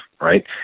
Right